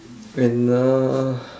and uh